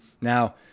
Now